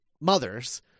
mothers